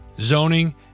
zoning